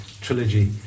trilogy